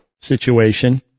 situation